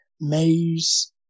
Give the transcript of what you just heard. Maze